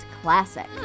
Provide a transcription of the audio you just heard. classic